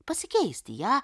pasikeisti ją